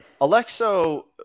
Alexo